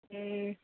ए